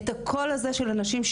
את הקול הזה של הנשים,